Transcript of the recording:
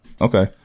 Okay